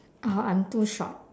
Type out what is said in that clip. uh I'm too short